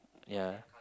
ya